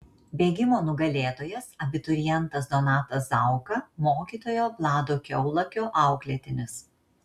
bėgimo nugalėtojas abiturientas donatas zauka mokytojo vlado kiaulakio auklėtinis